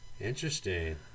Interesting